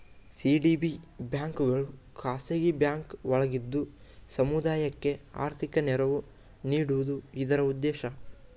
CDB ಬ್ಯಾಂಕ್ಗಳು ಖಾಸಗಿ bank ಒಳಗಿದ್ದು ಸಮುದಾಯಕ್ಕೆ ಆರ್ಥಿಕ ನೆರವು ನೀಡುವುದು ಇದರ ಉದ್ದೇಶ